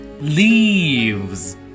Leaves